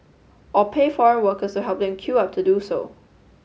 or pay foreign workers to help them queue up to do so